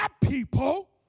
people